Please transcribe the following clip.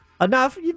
Enough